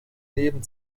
neben